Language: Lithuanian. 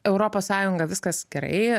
europos sąjunga viskas gerai